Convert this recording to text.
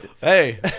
Hey